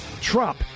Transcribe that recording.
Trump